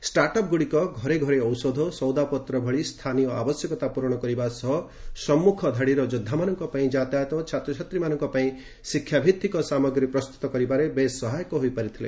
ଷ୍ଟାର୍ଟଅପ୍ଗୁଡିକ ଘରେ ଘରେ ଔଷଧ ସଉଦାପତ୍ର ଭଳି ସ୍ଥାନୀୟ ଆବଶ୍ୟକତା ପୂରଣ କରିବା ସହ ସମ୍ମୁଖ ଧାଡ଼ିର ଯୋଦ୍ଧାମାନଙ୍କ ପାଇଁ ଯାତାୟାତ ଓ ଛାତ୍ରଛାତ୍ରୀମାନଙ୍କ ପାଇଁ ଶିକ୍ଷାଭିତ୍ତିକ ସାମଗ୍ରୀ ପ୍ରସ୍ତୁତ କରିବାରେ ବେଶ୍ ସହାୟକ ହୋଇପାରିଥିଲେ